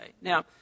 Now